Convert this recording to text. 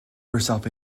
herself